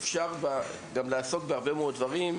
אפשר גם לעסוק בהרבה מאוד דברים,